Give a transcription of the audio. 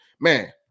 man